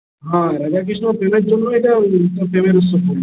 হ্যাঁ রাধাকৃষ্ণের প্রেমের জন্য এটা প্রেমের উৎসব বলি